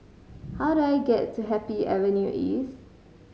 how do I get to Happy Avenue East